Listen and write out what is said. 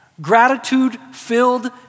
gratitude-filled